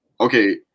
Okay